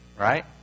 Right